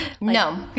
No